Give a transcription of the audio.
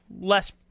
less